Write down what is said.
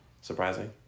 Surprising